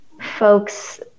folks